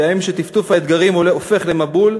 בימים שטפטוף האתגרים הופך למבול,